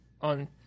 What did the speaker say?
on